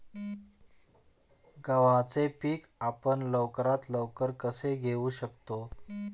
गव्हाचे पीक आपण लवकरात लवकर कसे घेऊ शकतो?